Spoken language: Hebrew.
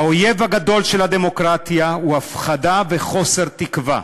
האויב הגדול של הדמוקרטיה הוא הפחדה וחוסר תקווה.